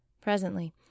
Presently